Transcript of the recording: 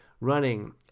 running